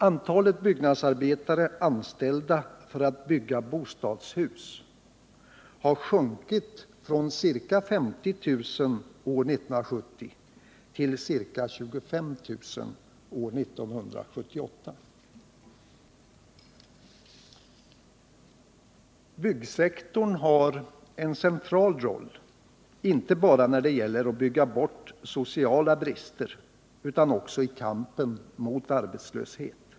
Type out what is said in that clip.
Antalet byggnadsarbetare anställda för att bygga bostadshus har sjunkit från ca 50 000 år 1970 till ca 25 000 år 1978. Byggsektorn har en central roll inte bara när det gäller att bygga bort sociala brister utan också i kampen mot arbetslöshet.